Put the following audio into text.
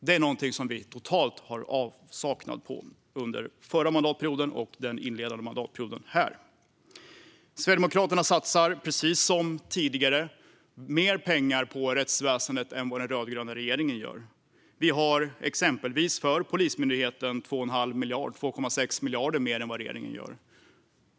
Det är någonting som vi har varit i total avsaknad av under förra mandatperioden och under inledningen av denna. Sverigedemokraterna satsar precis som tidigare mer pengar på rättsväsendet än vad den rödgröna regeringen gör. Vi har exempelvis för Polismyndigheten 2,6 miljarder mer än regeringen.